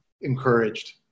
encouraged